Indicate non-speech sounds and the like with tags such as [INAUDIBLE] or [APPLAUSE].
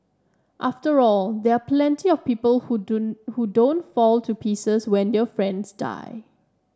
after all there are plenty of people who [UNINTELLIGIBLE] who don't fall to pieces when their friends die